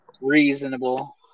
reasonable